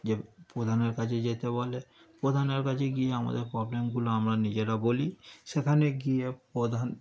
যে প্রধানের কাছে যেতে বলে প্রধানের কাছে গিয়ে আমাদের প্রবলেমগুলো আমরা নিজেরা বলি সেখানে গিয়ে প্রধান